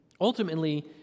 Ultimately